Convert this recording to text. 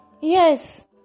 Yes